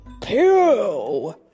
Pew